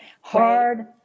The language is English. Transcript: hard